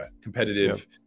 competitive